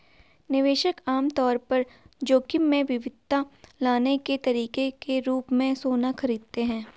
निवेशक आम तौर पर जोखिम में विविधता लाने के तरीके के रूप में सोना खरीदते हैं